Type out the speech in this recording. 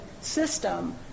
system